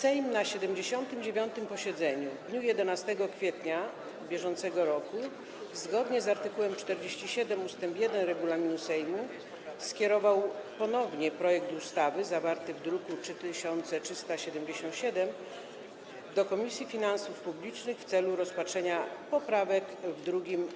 Sejm na 79. posiedzeniu w dniu 11 kwietnia br. zgodnie z art. 47 ust. 1 regulaminu Sejmu skierował ponownie projekt ustawy zawarty w druku nr 3377 do Komisji Finansów Publicznych w celu rozpatrzenia poprawek w drugim